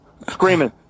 Screaming